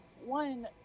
One